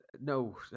No